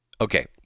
Okay